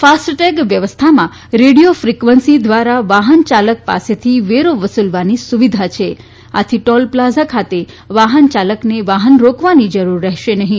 FASTag વ્યવસ્થામાં radio frequency દ્વારા વાહન ચાલક પાસેથી વેરો વસૂલવાની સુવિધા છે આથી ટોલ પ્લાઝા ખાતે વાહન ચાલકને વાહન રોકવાની જરુર રહેશે નહિ